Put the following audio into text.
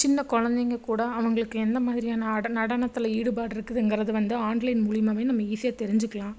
சின்ன குழந்தைங்க கூட அவங்களுக்கு என்ன மாதிரியான நடன நடனத்தில் ஈடுபாடு இருக்குதுங்குகிறது வந்து ஆன்லைன் மூலியமாகவே நம்ம ஈஸியாக தெரிஞ்சுக்கலாம்